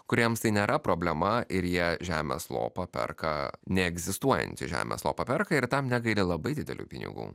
kuriems tai nėra problema ir jie žemės lopą perka neegzistuojantį žemės lopą perka ir tam negaili labai didelių pinigų